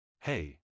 Hey